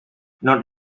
not